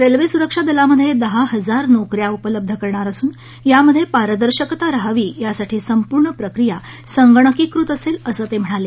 railway सुरक्षा दलामध्ये दहा हजार नोकऱ्या उपलब्ध करणार असून पारदर्शकता राहावी यासाठी संपूर्ण प्रक्रिया संगणकीकृत असेल असं ते म्हणाले